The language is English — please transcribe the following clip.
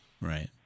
Right